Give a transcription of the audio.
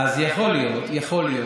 יכול להיות, יכול להיות.